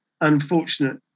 unfortunate